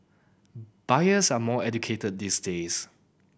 buyers are more educated these days